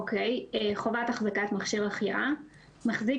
"חובת החזקת מכשיר החייאה 3. מחזיק